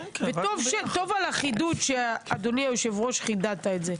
טוב על החידוד שאדוני היושב-ראש חידדת את זה.